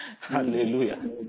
hallelujah